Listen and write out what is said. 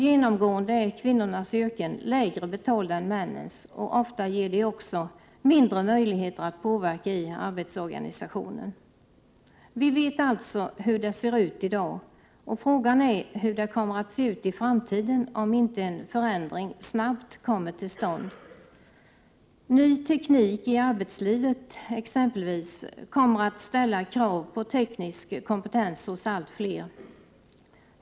Genomgående är kvinnornas yrken lägre betalda än männens, och ofta ger de också mindre möjligheter till påverkan i arbetsorganisationen. Vi vet alltså hur det ser ut i dag. Och frågan är hur det kommer att se ut i framtiden om inte en förändring snabbt kommer till stånd. Ny teknik i arbetslivet kommer exempelvis att ställa krav på teknisk kompetens hos allt fler.